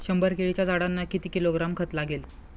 शंभर केळीच्या झाडांना किती किलोग्रॅम खत लागेल?